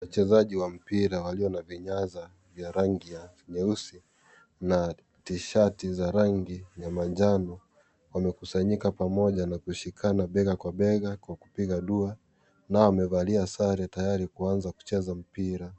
Wachezaji wa mpira walio na vinyasa vya rangi ya nyeusi na tishati za rangi ya manjano wamekusanyika pamoja na kushikana bega kwa bega kwa kupiga dua nao wamevalia sare tayari kuanza kucheza mpira.